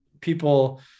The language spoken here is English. people